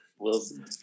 Wilson